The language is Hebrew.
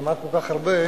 נאמר כל כך הרבה.